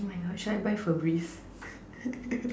oh my god should I buy Febreeze